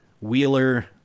Wheeler